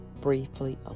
briefly